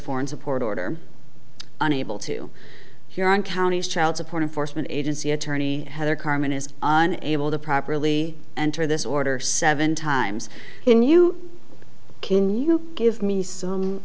foreign support order unable to hear on counties child support enforcement agency attorney heather carmen is unable to properly enter this order seven times in you can you give me some